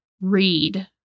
read